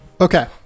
Okay